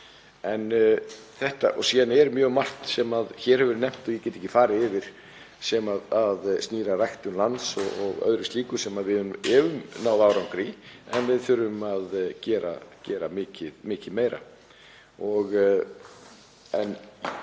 hratt. Síðan er mjög margt sem hér hefur verið nefnt og ég get ekki farið yfir sem snýr að ræktun lands og öðru slíku sem við höfum náð árangri í en við þurfum að gera mikið meira.